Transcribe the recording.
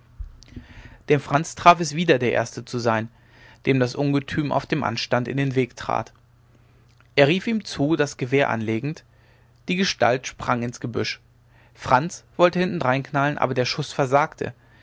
den franz traf es wieder der erste zu sein dem das ungetüm auf dem anstand in den weg trat er rief ihm zu das gewehr anlegend die gestalt sprang ins gebüsch franz wollte hinterdrein knallen aber der schuß versagte